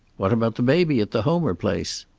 what about the baby at the homer place?